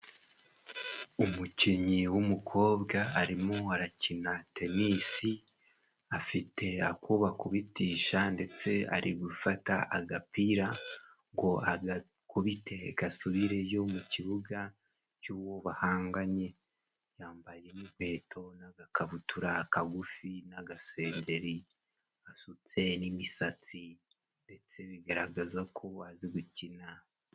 Umukinnyi w'umukobwa arimo arakina tenisi, afite ako bakubitisha ndetse ari gufata agapira ngo agakubite, gasubireyo mu kibuga cy'uwo bahanganye. Yambaye n'inkweto n'agakabutura kagufi n'agasengeri, asutse n'imisatsi ndetse bigaragaza ko azi gukina.